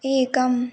एकम्